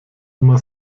immer